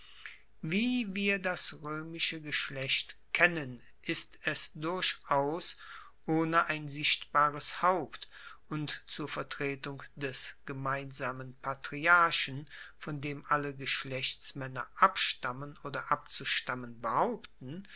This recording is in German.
wie wir das roemische geschlecht kennen ist es durchaus ohne ein sichtbares haupt und zur vertretung des gemeinsamen patriarchen von dem alle geschlechtsmaenner abstammen oder abzustammen behaupten